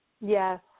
Yes